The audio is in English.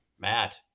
Matt